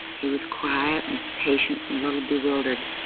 he was quiet and patient and a little bewildered,